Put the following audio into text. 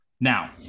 Now